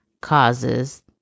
causes